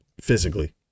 physically